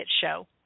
Show